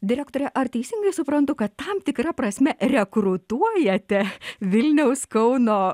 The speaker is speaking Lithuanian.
direktore ar teisingai suprantu kad tam tikra prasme rekrutuojate vilniaus kauno